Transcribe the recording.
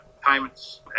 payments